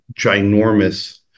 ginormous